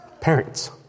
parents